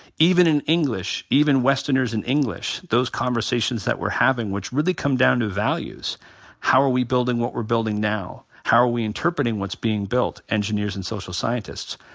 even in english, even westerners in english, those conversations that we're having which really come down to values how are we building what we're building now? how are we interpreting what's being built? engineers and social scientists,